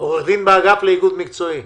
עורכת דין באגף לאיגוד מקצועי,